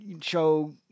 show